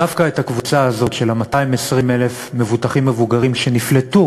דווקא את הקבוצה הזאת של 220,000 המבוטחים המבוגרים שנפלטו